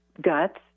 Guts